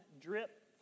drip